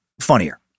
funnier